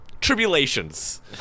Tribulations